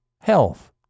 health